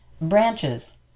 Branches